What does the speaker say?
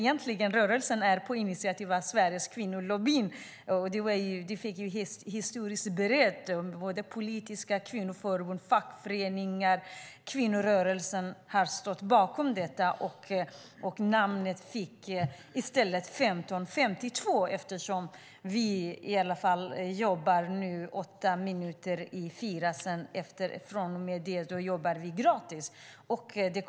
Den startades på initiativ av Sveriges Kvinnolobby. Historiskt har politiska kvinnoförbund, fackföreningar och kvinnorörelsen stått bakom detta. Namnet blev 15.52 eftersom vi från och med åtta minuter i fyra nu jobbar gratis.